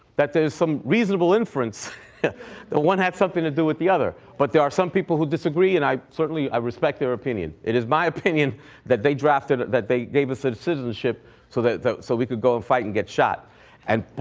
that there's some reasonable inference that one had something to do with the other. but there are some people who disagree, and i certainly, i respect their opinion. it is my opinion that they drafted, that they gave us ah citizenship so that so we could go and fight and get shot and but,